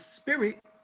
spirit